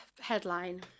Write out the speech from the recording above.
headline